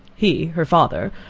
he, her father,